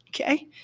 Okay